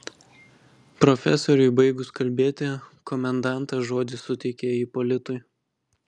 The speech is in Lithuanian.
profesoriui baigus kalbėti komendantas žodį suteikė ipolitui